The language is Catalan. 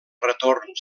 retorn